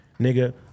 nigga